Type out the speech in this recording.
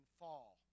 fall